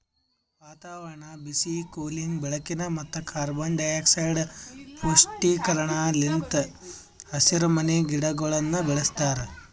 ವಾತಾವರಣ, ಬಿಸಿ, ಕೂಲಿಂಗ್, ಬೆಳಕಿನ ಮತ್ತ ಕಾರ್ಬನ್ ಡೈಆಕ್ಸೈಡ್ ಪುಷ್ಟೀಕರಣ ಲಿಂತ್ ಹಸಿರುಮನಿ ಗಿಡಗೊಳನ್ನ ಬೆಳಸ್ತಾರ